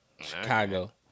Chicago